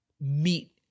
meet